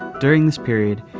during this period,